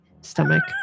stomach